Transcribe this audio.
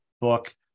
book